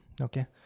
okay